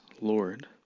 Lord